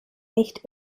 nicht